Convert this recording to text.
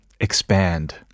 expand